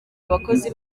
abakozi